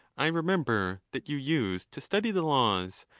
i remember that you used to study the laws,